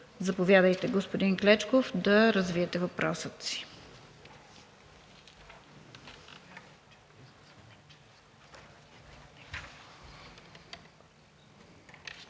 Заповядайте, господин Клечков, да развитие въпроса си.